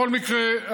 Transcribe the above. בכל מקרה,